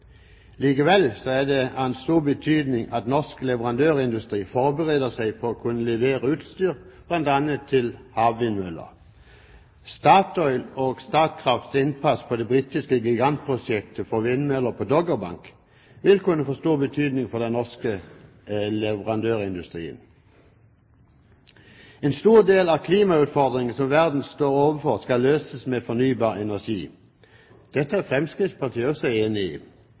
Likevel er det av stor betydning at norsk leverandørindustri forbereder seg på å kunne levere utstyr til bl.a. havvindmøller. Statoils og Statkrafts innpass på det britiske gigantprosjektet for vindmøller på Doggerbank vil kunne få stor betydning for den norske leverandørindustrien. En stor del av klimautfordringene som verden står overfor, skal løses med fornybar energi. Dette er Fremskrittspartiet også enig i.